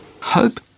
Hope